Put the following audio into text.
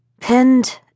Pinned